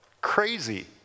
Crazy